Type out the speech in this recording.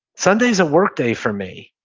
sunday's a work day for me.